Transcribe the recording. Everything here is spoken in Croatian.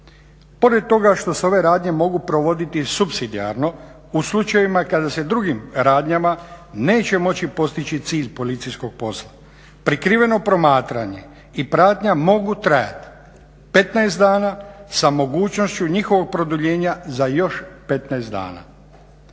Pored toga što se ove radnje mogu provoditi supsidijarno u slučajevima kada se drugim radnjama neće moći postići cilj policijskog posla. Prikriveno promatranje i pratnja mogu trajati 15 dana sa mogućnošću njihovog produljenja za još 15 dana.